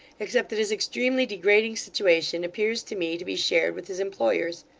except that his extremely degrading situation appears to me to be shared with his employers.